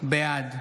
בעד